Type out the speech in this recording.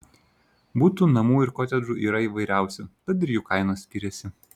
butų namų ir kotedžų yra įvairiausių tad ir jų kainos skiriasi